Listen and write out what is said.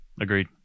Agreed